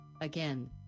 again